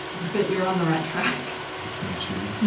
but you're on the right track. is it twenty two?